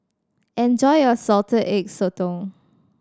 enjoy your Salted Egg Sotong